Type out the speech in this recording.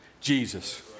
Jesus